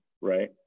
right